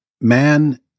Man